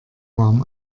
warm